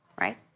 right